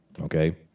Okay